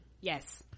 yes